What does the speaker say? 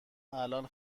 الان